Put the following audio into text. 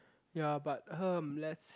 ya but let's